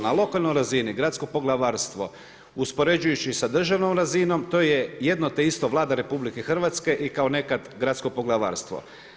Na lokalnoj razini Gradsko poglavarstvo uspoređujući sa državnom razinom to je jedno te isto, Vlada RH i kao nekad Gradsko poglavarstvo.